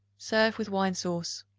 serve with wine sauce.